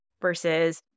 versus